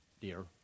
Dear